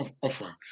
offer